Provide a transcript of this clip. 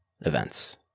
events